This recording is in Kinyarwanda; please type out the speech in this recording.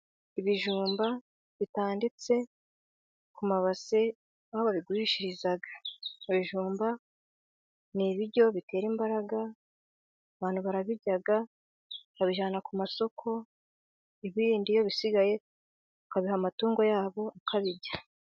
Ibijumba bitanditse ku mabase, aho babigurishiriza ibijumba ni ibiryo bitera imbaraga, abantu barabirya, babijyana ku masoko ibindi iyo bisigaye ukabiha amatungo yabo akabirya.